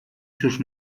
sus